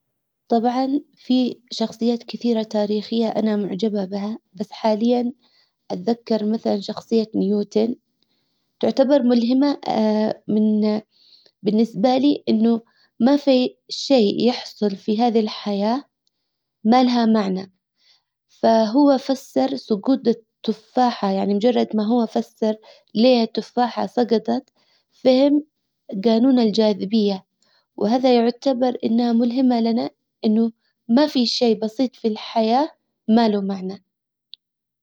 طبعا في شخصيات كثيرة تاريخية انا معجبة بها بس حاليا اتذكر مثلا شخصية نيوتن تعتبر ملهمة من بالنسبة لي انه ما في شيء يحصل في هذه الحياة ما لها معنى فهو فسر سجوط التفاحة يعني مجرد ما هو فسر ليه التفاحة سجطت فهم قانون الجاذبية وهذا يعتبر انها ملهمة لنا انه ما في شي بسيط في الحياة ما له معنى